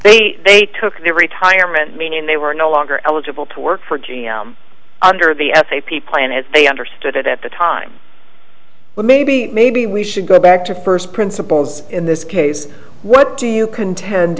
me they took their retirement meaning they were no longer eligible to work for g m under the f a p plan as they understood it at the time well maybe maybe we should go back to first principles in this case what do you contend